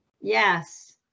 Yes